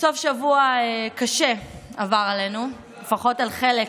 סוף שבוע קשה עבר עלינו, לפחות על חלק